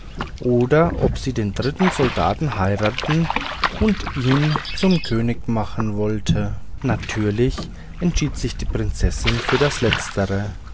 oder ob sie den dritten soldaten heiraten und ihn zum könig machen wollte natürlich entschied sich die prinzessin für das letztere